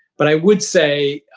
but i would say,